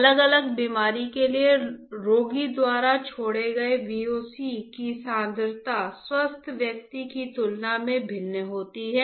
अलग अलग बीमारी के लिए रोगी द्वारा छोड़े गए VOC की सांद्रता स्वस्थ व्यक्ति की तुलना में भिन्न होती है